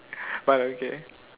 but okay